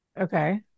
okay